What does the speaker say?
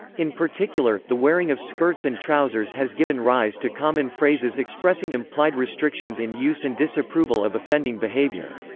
in particular, the wearing of skirts and trousers has given rise to common phrases expressing implied restrictions in use and disapproval of offending behavior.